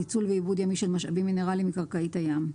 ניצול ועיבוד ימי של משאבים מינרלים מקרקעית הים.